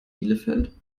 bielefeld